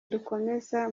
dukomeza